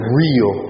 real